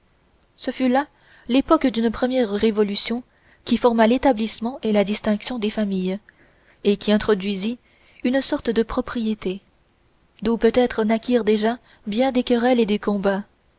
ce fut là l'époque d'une première révolution qui forma l'établissement et la distinction des familles et qui introduisit une sorte de propriété d'où peut-être naquirent déjà bien des querelles et des combats